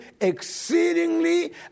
exceedingly